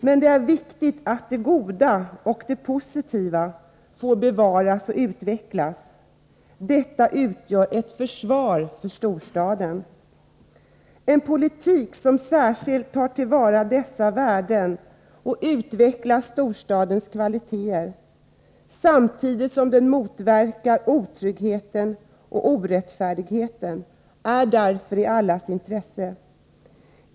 Men det är viktigt att det goda och det positiva får bevaras och utvecklas. Detta utgör ett försvar för storstaden. En politik som särskilt tar till vara dessa värden och utvecklar storstadens kvaliteter, samtidigt som den motverkar otryggheten och orättfärdigheten, är därför i allas intresse.